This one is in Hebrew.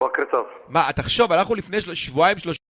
מה, תחשוב, היה פה לפני שבועיים שלוש...